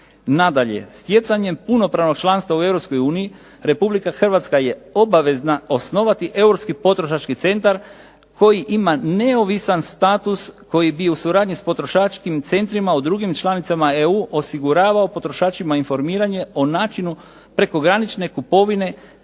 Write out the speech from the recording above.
Nadalje, stjecanjem punopravnog članstva u Europskoj uniji Republika Hrvatska je obavezna osnovati Europski potrošački centar koji ima neovisan status koji bi u suradnji s potrošačkim centrima u drugim članicama EU osiguravao potrošačima informiranje o načinu prekogranične kupovine